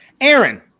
Aaron